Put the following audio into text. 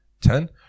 Ten